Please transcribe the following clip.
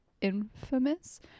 Infamous